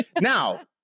Now